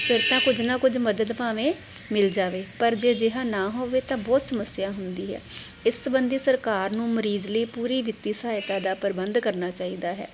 ਫਿਰ ਤਾਂ ਕੁਝ ਨਾ ਕੁਝ ਮਦਦ ਭਾਵੇਂ ਮਿਲ ਜਾਵੇ ਪਰ ਜੇ ਅਜਿਹਾ ਨਾ ਹੋਵੇ ਤਾਂ ਬਹੁਤ ਸਮੱਸਿਆ ਹੁੰਦੀ ਹੈ ਇਸ ਸੰਬੰਧੀ ਸਰਕਾਰ ਨੂੰ ਮਰੀਜ਼ ਲਈ ਪੂਰੀ ਦਿੱਤੀ ਸਹਾਇਤਾ ਦਾ ਪ੍ਰਬੰਧ ਕਰਨਾ ਚਾਹੀਦਾ ਹੈ